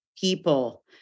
people